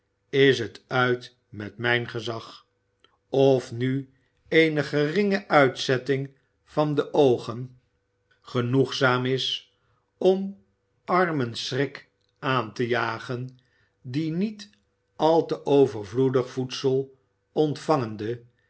is het uit met mijn gezag of nu eene geringe uitzetting van de oogen genoegzaam is om armen schrik aan te jagen die niet al te overvloedig voedsel ontvangende